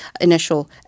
initial